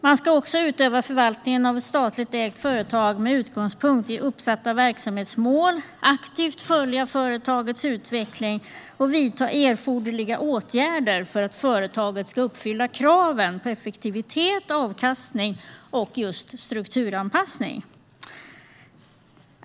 Man ska utöva förvaltningen av ett statligt ägt företag med utgångspunkt i uppsatta verksamhetsmål, aktivt följa företagets utveckling och vidta erforderliga åtgärder för att företaget ska uppfylla kraven på effektivitet, avkastning och strukturanpassning.